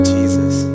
Jesus